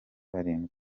barindwi